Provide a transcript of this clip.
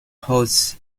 hosts